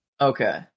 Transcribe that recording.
Okay